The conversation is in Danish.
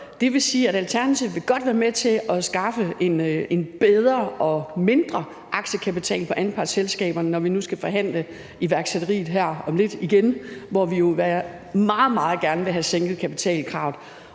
Det vil sige, at Alternativet godt vil være med til at skaffe en bedre og mindre aktiekapital for anpartsselskaberne, når vi nu skal forhandle om iværksætteri her om lidt igen, hvor vi jo meget, meget gerne vil have sænket kapitalkravet.